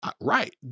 Right